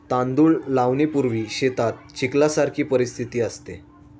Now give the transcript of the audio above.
तांदूळ लावणीपूर्वी शेतात चिखलासारखी परिस्थिती असते